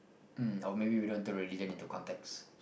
um or maybe we don't throw already then into to context